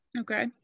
Okay